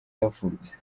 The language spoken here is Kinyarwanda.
yavutse